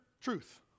truth